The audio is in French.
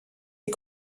est